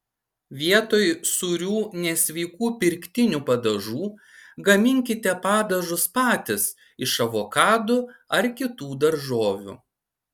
vietoj sūrių nesveikų pirktinių padažų gaminkite padažus patys iš avokadų ar kitų daržovių